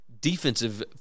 defensive